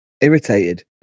irritated